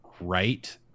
right